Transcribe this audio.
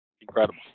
incredible